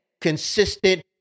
consistent